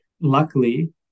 Luckily